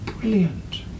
brilliant